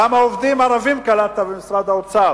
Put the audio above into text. כמה עובדים ערבים קלטת במשרד האוצר?